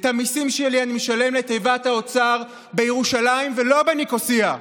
את המיסים שלי אני משלם לתיבת האוצר בירושלים ולא בניקוסיה.